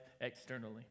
externally